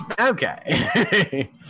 Okay